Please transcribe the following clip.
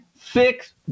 six